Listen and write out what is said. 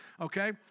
Okay